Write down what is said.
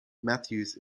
matthews